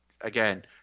again